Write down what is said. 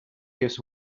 his